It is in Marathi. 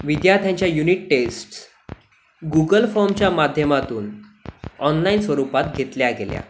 विद्यार्थ्यांच्या युनिट टेस्ट्स गूगल फॉमच्या माध्यमातून ऑनलाइन स्वरूपात घेतल्या गेल्या